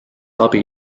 abi